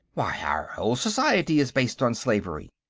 why, our whole society is based on slavery!